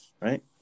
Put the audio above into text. right